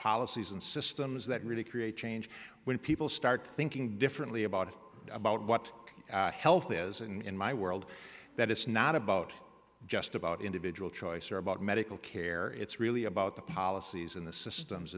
policies and systems that really create change when people start thinking differently about it about what health is and in my world that it's not about just about individual choice or about medical care it's really about the policies and the systems